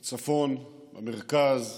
בצפון, במרכז,